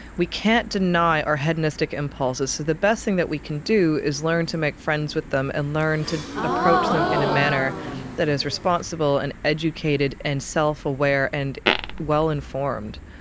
we can't deny our hedonistic impulses. so the best thing that we can do is learn to make friends with them and learn to approach them in a manner that is responsible and educated and self-aware and well informed.